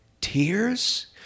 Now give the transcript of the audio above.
tears